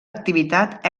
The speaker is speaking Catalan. activitat